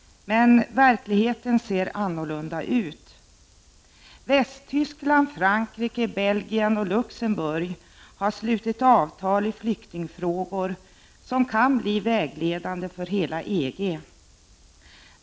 Men verkligheten ser annorlunda ut. Västtyskland, Frankrike, Belgien och Luxemburg har slutit avtal i flyktingfrågor som kan bli vägledande för hela EG.